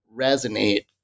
resonate